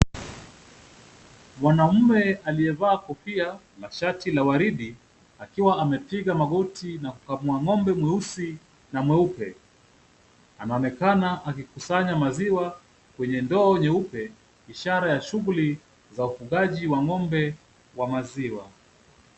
Mwanamume aliyevaa kofia na shati la waridi akiwa amepiga magoti na kukamua ng'ombe mweusi na mweupe. Anaonekana akikusanya maziwa kwenye ndoo nyeupe ishara ya shughuli za ufugaji wa ng'ombe wa maziwa.